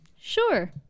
Sure